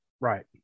right